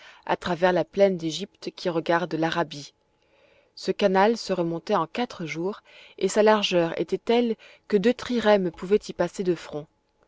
à travers la plaine d'égypte qui regarde l'arabie ce canal se remontait en quatre jours et sa largeur était telle que deux trirèmes pouvaient y passer de front